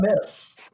miss